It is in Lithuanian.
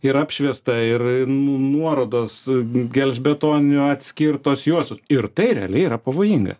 ir apšviesta ir nuorodos gelžbetoniu atskirtos juostos ir tai realiai yra pavojinga